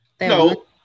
No